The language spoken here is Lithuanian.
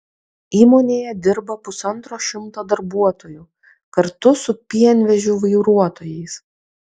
įmonėje dirba pusantro šimto darbuotojų kartu su pienvežių vairuotojais